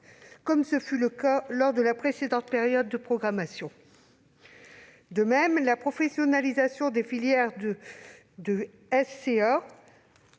comme ce fut le cas lors de la précédente période de programmation. De même, la professionnalisation des filières du SCA